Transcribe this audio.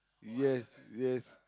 yes yes